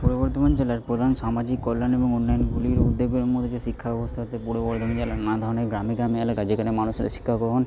পূর্ব বর্ধমান জেলার প্রধান সামাজিক কল্যাণ এবং উন্নয়নগুলির উদ্যোগের মধ্যে যে শিক্ষাব্যবস্থাতে পূর্ব বর্ধমান জেলার নানা ধরনের গ্রামে গ্রামে এলাকায় যেখানে মানুষের শিক্ষা গ্রহণ